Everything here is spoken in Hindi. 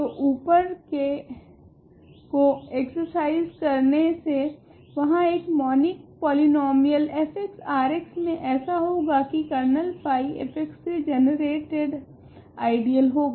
तो ऊपर के को एक्सर्साइज़ करने से वहाँ एक मॉनिक पॉलीनोमीयल f R मे ऐसा होगा की कर्नल फाई f से जनरेटेड आइडियल होगा